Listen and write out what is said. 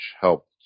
helped